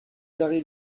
carry